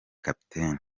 kapiteni